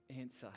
answer